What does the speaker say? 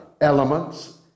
elements